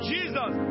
Jesus